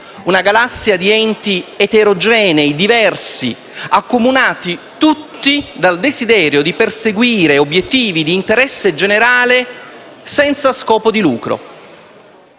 una galassia di enti eterogenei, diversi e accomunati tutti dal desiderio di perseguire obiettivi di interesse generale senza scopo di lucro.